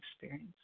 experience